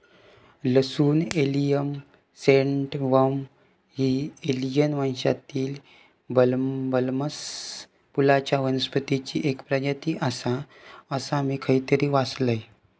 लसूण allium sativum ही allium वंशातील बल्बस फुलांच्या वनस्पतीची एक प्रजाती आसा, असा मी खयतरी वाचलंय